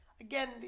Again